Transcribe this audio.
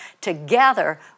Together